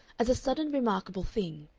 as a sudden remarkable thing,